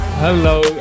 Hello